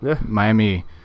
Miami